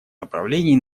направлений